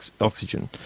oxygen